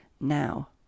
Now